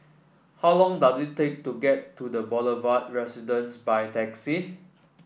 how long does it take to get to The Boulevard Residence by taxi